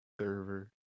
server